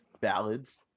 ballads